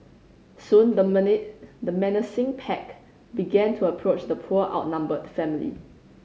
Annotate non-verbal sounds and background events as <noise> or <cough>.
soon the <unintelligible> menacing pack began to approach the poor outnumbered family